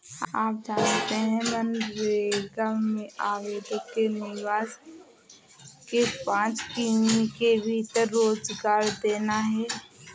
आप जानते है मनरेगा में आवेदक के निवास के पांच किमी के भीतर रोजगार देना है?